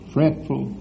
Fretful